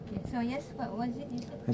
K so yes what what is it you said